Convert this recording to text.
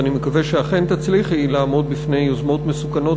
ואני מקווה שאכן תצליחי לעמוד בפני יוזמות מסוכנות